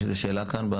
יש שאלה כאן?